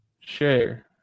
Share